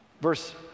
Verse